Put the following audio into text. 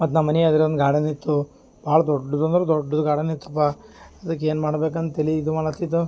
ಮತ್ತು ನಮ್ಮಮನೆ ಎದ್ರು ಒಂದು ಗಾರ್ಡನ್ ಇತ್ತು ಭಾಳ್ ದೊಡ್ಡದು ಅಂದ್ರೆ ದೊಡ್ಡದು ಗಾರ್ಡನ್ ಇತ್ತಪ ಅದ್ಕೆ ಏನು ಮಾಡಬೇಕಂತೆಳಿ ಇದು ಮಾಡತಿದ್ದು